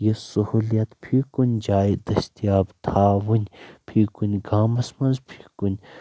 یہِ سہوٗلِیت فی کُنہِ جایہِ دٔستِیاب تھاوٕنۍ فی کُنہِ گامس منٛز فی کُنہِ